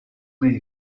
may